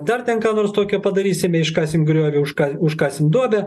dar ten ką nors tokio padarysime iškasim griovį užka užkasim duobę